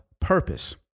purpose